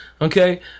Okay